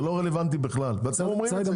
זה לא רלוונטי בכלל ואתם אומרים את זה.